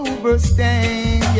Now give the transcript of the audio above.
Overstand